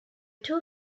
two